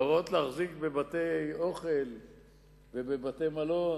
ההוראות להחזיק בבתי-אוכל ובבתי-מלון